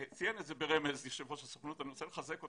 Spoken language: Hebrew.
ציין את ה ברמז יושב ראש הסוכנות ואני רוצה לחזק אותו.